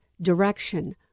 direction